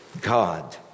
God